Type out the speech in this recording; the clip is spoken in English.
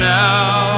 now